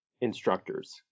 instructors